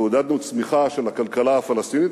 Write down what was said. אנחנו עודדנו צמיחה של הכלכלה הפלסטינית,